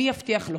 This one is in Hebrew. מי יבטיח לו?